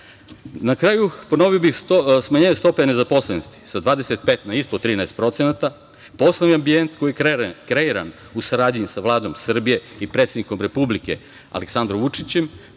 kraju, ponovio bih da su smanjenje stope nezaposlenosti sa 25 na ispod 13%, poslovni ambijent koji je kreiran u saradnji sa Vladom Srbije i predsednikom Republike Aleksandrom Vučićem,